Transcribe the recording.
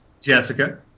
Jessica